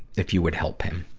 if you would help him.